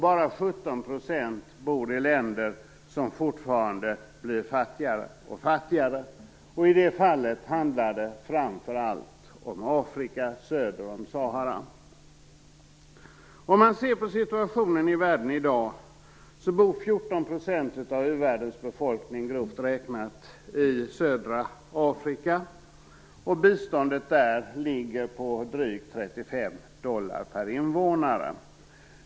Bara 17 % bor i länder som fortfarande blir fattigare och fattigare. I det fallet handlar det framför allt om Afrika söder om Sahara. Om man ser på situationen i världen i dag bor 14 % av u-världens befolkning grovt räknat i södra Afrika. Biståndet där ligger på drygt 35 dollar per invånare.